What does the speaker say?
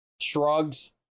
shrugs